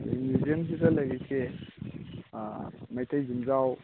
ꯑꯗꯒꯤ ꯃ꯭ꯌꯨꯖꯝꯁꯤꯗ ꯂꯩꯔꯤꯁꯦ ꯃꯩꯇꯩ ꯌꯨꯝꯖꯥꯎ